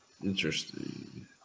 Interesting